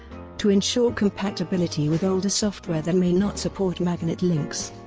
to ensure compatibility with older software that may not support magnet links.